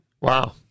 wow